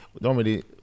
normally